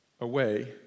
away